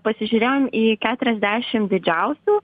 pasižiūrėjom į keturiasdešim didžiausių